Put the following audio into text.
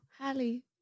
Hallie